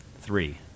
three